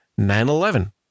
9-11